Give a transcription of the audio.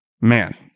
Man